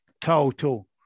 total